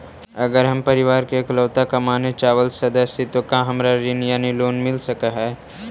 अगर हम परिवार के इकलौता कमाने चावल सदस्य ही तो का हमरा ऋण यानी लोन मिल सक हई?